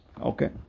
Okay